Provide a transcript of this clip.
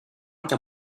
cho